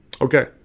Okay